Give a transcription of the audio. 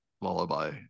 lullaby